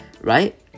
right